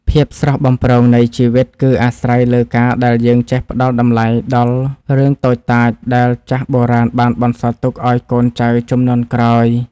ភាពស្រស់បំព្រងនៃជីវិត គឺអាស្រ័យលើការដែលយើងចេះផ្តល់តម្លៃដល់រឿងតូចតាចដែលចាស់បុរាណបានបន្សល់ទុកឱ្យកូនចៅជំនាន់ក្រោយ។